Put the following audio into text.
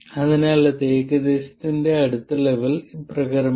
അതിനാൽ ഏകദേശത്തിന്റെ അടുത്ത ലെവൽ ഇപ്രകാരമാണ്